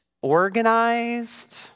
organized